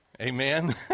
Amen